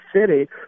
City